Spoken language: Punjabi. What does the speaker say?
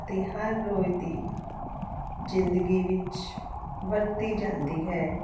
ਹਰ ਰੋਜ਼ ਦੀ ਜ਼ਿੰਦਗੀ ਵਿੱਚ ਵਰਤੀ ਜਾਂਦੀ ਹੈ